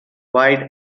wide